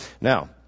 Now